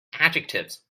adjectives